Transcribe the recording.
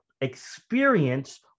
experience